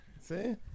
See